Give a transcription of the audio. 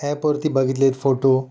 ॲपवरती बघितले आहेत फोटो